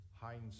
hindsight